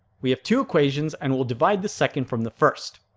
we have two equations and we'll divide the second from the first.